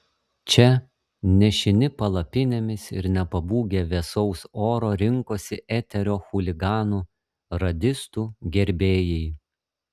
čia nešini palapinėmis ir nepabūgę vėsaus oro rinkosi eterio chuliganų radistų gerbėjai